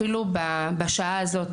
כבר משעה זו,